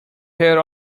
here